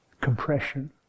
compression